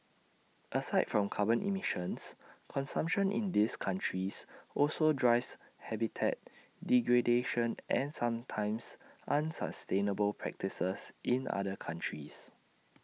aside from carbon emissions consumption in these countries also drives habitat degradation and sometimes unsustainable practices in other countries